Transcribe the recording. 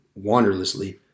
wanderlessly